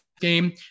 game